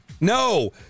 No